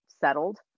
settled